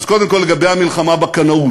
אז קודם כול, לגבי המלחמה בקנאות.